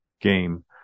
game